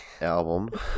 album